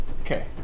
Okay